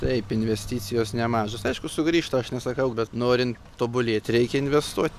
taip investicijos nemažos aišku sugrįžta aš nesakau bet norint tobulėt reikia investuot